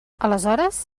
aleshores